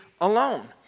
alone